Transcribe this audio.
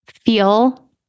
feel